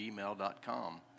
gmail.com